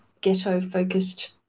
ghetto-focused